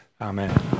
Amen